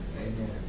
Amen